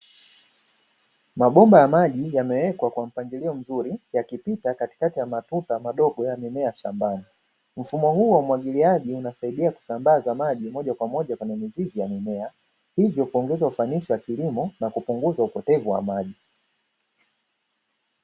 Mabomba ya maji, yamewekwa kwa mpangilio mzuri, yakipita katikati ya matuta madogo ya mimea shambani, mfumo huu wa umwagiliaji unasaidia kilusambaza maji moja kwa moja kwenye mizizi ya mimea, hivyo kuongeza ufanisi wa kilimo na kupunguza upotevu wa maji.